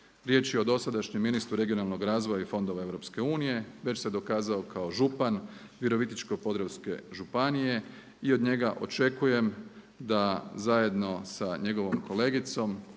Riječ je o dosadašnjem ministru regionalnog razvoja i fondova EU, već se dokazao kao župan Virovitičko-podravske županije i od njega očekujem da zajedno sa njegovom kolegicom